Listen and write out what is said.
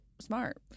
Smart